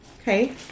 Okay